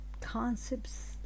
concepts